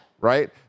Right